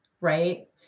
right